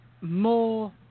more